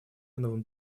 новым